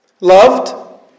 loved